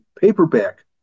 paperback